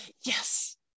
Yes